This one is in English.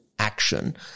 action